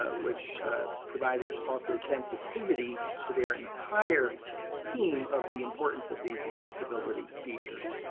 ah which provided also sensitivity to their entire team of the importance of these accessibility features.